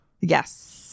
Yes